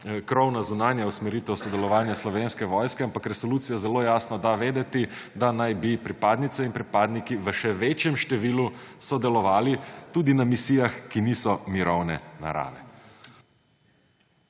krovna zunanja usmeritev sodelovanja Slovenske vojske, ampak resolucija zelo jasno da vedeti, da naj bi pripadnice in pripadniki v še večjem številu sodelovali tudi na misijah, ki niso mirovne narave.